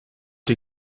die